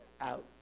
out